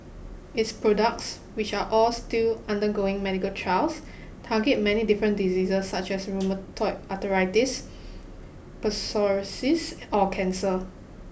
its products which are all still undergoing medical trials target many different diseases such as rheumatoid arthritis psoriasis or cancer